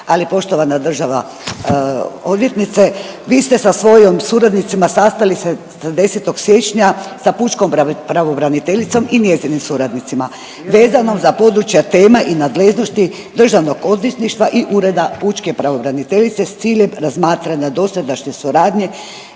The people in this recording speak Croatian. Ali poštovana država odvjetnice, vi ste sa svojom suradnicima sastali se 10. siječnja sa pučkom pravobraniteljicom i njezinim suradnicima vezano za područja tema i nadležnosti državnog odvjetništva i ureda pučke pravobraniteljice s ciljem razmatranja dosadašnje suradnje